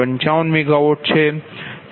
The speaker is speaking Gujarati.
55 MW છે